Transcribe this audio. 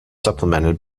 supplemented